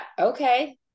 okay